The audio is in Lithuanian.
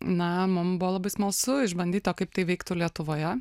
na mum buvo labai smalsu išbandyt o kaip tai vyktų lietuvoje